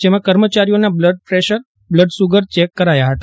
જેમાં કર્મચારીઓના blood pressure blood sugar check કરાયા હતા